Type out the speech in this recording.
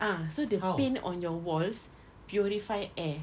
ah so the paint on your walls purify air